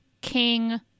king